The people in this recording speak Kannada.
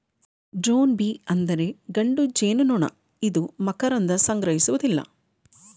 ಡ್ರೋನ್ ಬೀ ಅಂದರೆ ಗಂಡು ಜೇನುನೊಣ ಇದು ಮಕರಂದ ಸಂಗ್ರಹಿಸುವುದಿಲ್ಲ